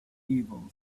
evil